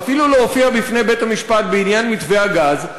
ואפילו להופיע בפני בית-המשפט בעניין מתווה הגז.